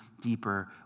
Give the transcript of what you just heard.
deeper